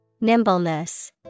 Nimbleness